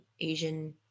Asian